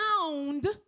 sound